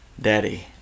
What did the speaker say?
Daddy